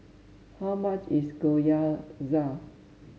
how much is Gyoza